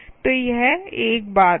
तो यह एक बात है